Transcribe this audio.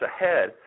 ahead